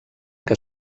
que